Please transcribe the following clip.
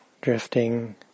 drifting